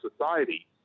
society